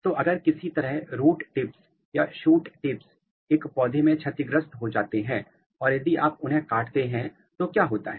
तो अगर किसी तरह रूट टिप्स या शूट टिप्स एक पौधे में क्षतिग्रस्त हो जाते हैं या यदि आप उन्हें काटते हैं तो क्या होता है